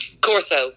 Corso